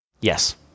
Yes